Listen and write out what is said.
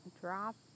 drop